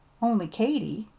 only katy,